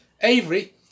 Avery